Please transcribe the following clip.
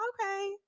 okay